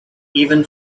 even